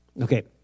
Okay